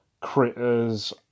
Critters